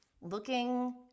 looking